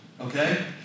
Okay